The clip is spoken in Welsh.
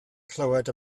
clywed